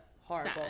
horrible